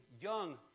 young